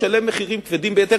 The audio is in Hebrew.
ישלם מחירים כבדים ביותר,